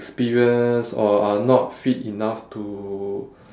experienced or are not fit enough to